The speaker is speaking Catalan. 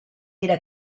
era